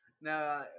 No